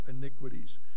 iniquities